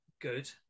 good